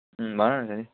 भनन साथी